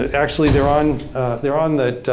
actually they're on they're on the